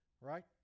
right